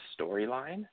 storyline